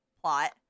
plot